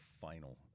final